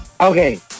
okay